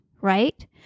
right